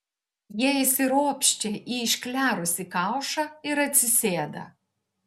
jie įsiropščia į išklerusį kaušą ir atsisėda